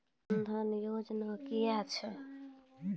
जन धन योजना क्या है?